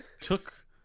took